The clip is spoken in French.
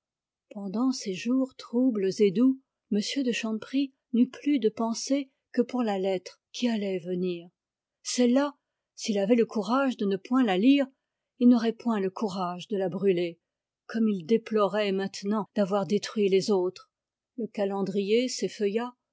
pendant ces jours troubles et doux m de chanteprie n'eut plus de pensée que pour la lettre qui allait venir celle-là s'il avait le courage de ne point la lire il n'aurait point le courage de la brûler comme il déplorait maintenant d'avoir détruit les autres le calendrier